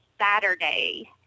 Saturday